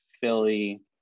Philly